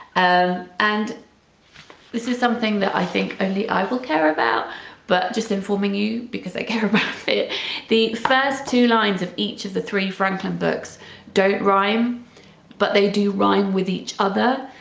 ah and this is something that i think only i will care about but just informing you because i care about it the first two lines of each of the three franklin books don't rhyme but they do rhyme with each other,